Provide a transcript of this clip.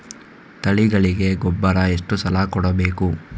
ತಳಿಗಳಿಗೆ ಗೊಬ್ಬರ ಎಷ್ಟು ಸಲ ಕೊಡಬೇಕು?